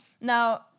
Now